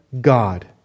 God